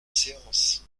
séance